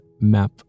map